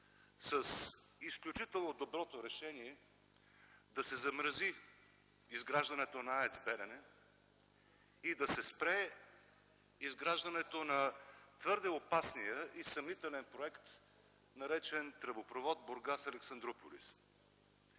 с изключително доброто решение да се замрази изграждането на АЕЦ „Белене” и да се спре изграждането на твърде опасния и съмнителен проект, наречен тръбопровод „Бургас – Александруполис”.